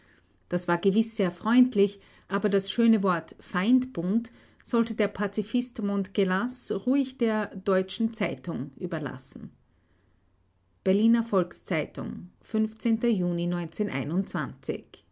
das war gewiß sehr freundlich aber das schöne wort feindbund sollte der pazifist montgelas ruhig der deutschen zeitung überlassen berliner volks-zeitung juni